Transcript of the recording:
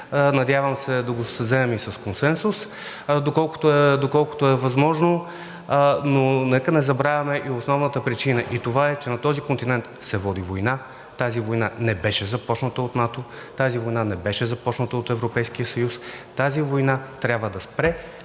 Надявам се да го вземем с консенсус, доколкото е възможно, но нека не забравяме и основната причина – това е, че на този континент се води война. Тази война не беше започната от НАТО, тази война не беше започната от Европейския съюз, тази война трябва да спре,